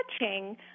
watching